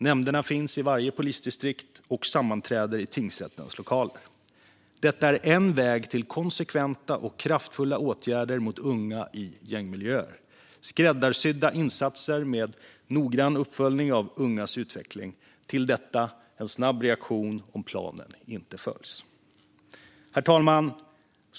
Nämnderna finns i varje polisdistrikt och sammanträder i tingsrättens lokaler. De är en väg till konsekventa och kraftfulla åtgärder mot unga i gängmiljöer, i form av skräddarsydda insatser med noggrann uppföljning av ungas utveckling. Till detta kommer en snabb reaktion om planen inte följs.